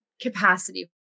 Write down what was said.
capacity